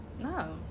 no